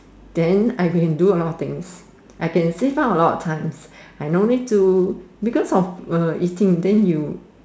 then I can do a lot of things I can save up a lot of time I no need to because for uh eating then you